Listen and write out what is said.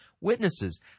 witnesses